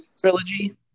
trilogy